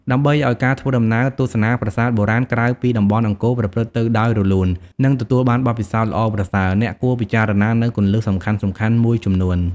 ដើម្បីឲ្យការធ្វើដំណើរទស្សនាប្រាសាទបុរាណក្រៅពីតំបន់អង្គរប្រព្រឹត្តទៅដោយរលូន និងទទួលបានបទពិសោធន៍ល្អប្រសើរ អ្នកគួរពិចារណានូវគន្លឹះសំខាន់ៗមួយចំនួន។